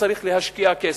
צריך להשקיע כסף.